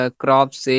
crops